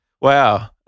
Wow